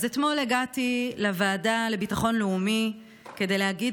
אז אתמול הגעתי לוועדה לביטחון לאומי כדי להגיד